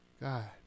God